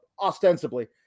ostensibly